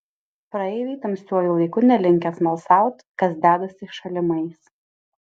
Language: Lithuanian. praeiviai tamsiuoju laiku nelinkę smalsaut kas dedasi šalimais